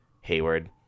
Hayward